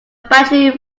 battery